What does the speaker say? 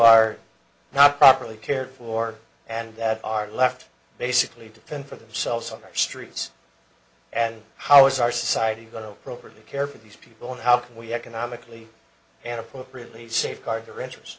are not properly cared for and that are left basically to fend for themselves on our streets and how is our society going to properly care for these people and how can we economically and appropriately safeguard the r